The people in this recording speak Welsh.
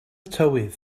tywydd